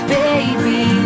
baby